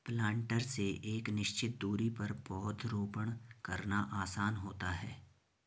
planter से एक निश्चित दुरी पर पौधरोपण करना आसान होता है